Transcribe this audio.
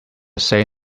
say